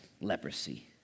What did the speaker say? leprosy